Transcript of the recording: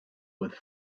with